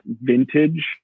vintage